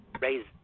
raise